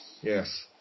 Yes